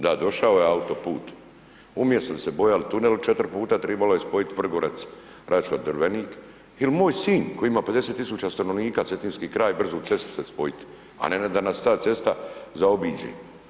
Da došao je autoput, umjesto da ste se bojali tunela 4 puta trebalo je spojiti Vrgorac, Račve Drvenik, jer moj Sinj koji ima 50 tisuća stanovnika, Cetinjski kraj, brzu cestu za spojiti, a ne da nas ta cesta zaobiđe.